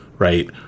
Right